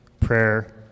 prayer